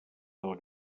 del